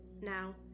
now